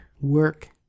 work